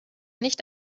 nicht